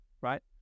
right